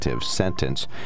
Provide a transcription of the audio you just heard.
sentence